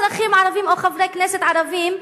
ואלה לא אזרחים ערבים או חברי כנסת ערבים,